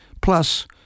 plus